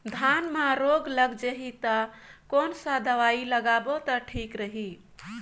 धान म रोग लग जाही ता कोन सा दवाई लगाबो ता ठीक रही?